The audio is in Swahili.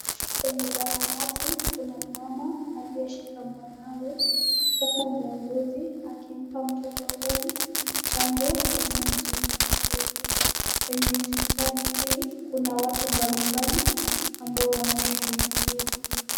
Kwenye zahanati kuna mama aliyeshika mwanawe huku muuguzi akimpa mtoto huyu chanjo inayomzuia na polio. Kwenye hospitali hii kuna watu mbalimbali ambao wanashughulikiwa.